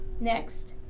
Next